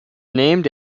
named